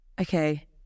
okay